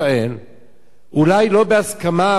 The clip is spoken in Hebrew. אולי לא בהסכמה, אולי לא בתכנון מלא,